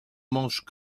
mange